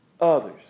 others